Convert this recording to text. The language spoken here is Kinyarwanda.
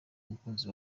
umukunzi